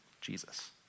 Jesus